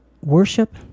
worship